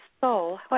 soul